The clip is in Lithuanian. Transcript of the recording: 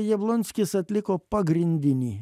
jablonskis atliko pagrindinį